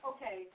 Okay